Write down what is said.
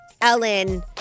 Ellen